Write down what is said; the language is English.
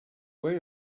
where